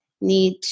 need